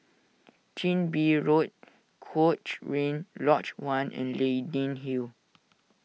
Chin Bee Road Cochrane Lodge one and Leyden Hill